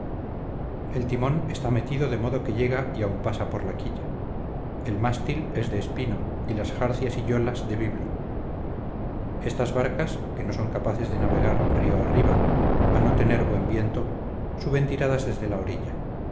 el timón está metido de modo que llega y aun pasa por la quilla el mástil es de espino y las jarcias y yolas de biblo estas barcas que no son capaces de navegar río arriba a no tener buen viento suben tiradas desde la orilla